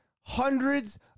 hundreds